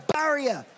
barrier